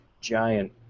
giant